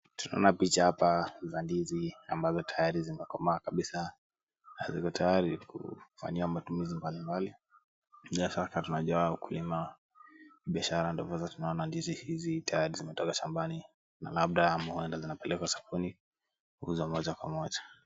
Tunaona picha hapa za ndizi amabazo tayari zimekomaa kabisa na viko tayari kufanyiwa matumizi mbalimbali. Bila shaka tunajuani wakulima wa biashara ambazo tunaona bila shaka ndizi hizi zimetolewa shambani labda uenda inapelekwa sokoni kuuzwa moja kwa moja